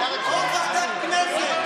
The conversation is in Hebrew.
שישלחו את זה לוועדת הכנסת.